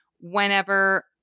whenever